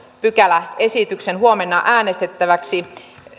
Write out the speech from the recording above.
pykäläesityksen huomenna äänestettäväksi